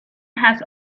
has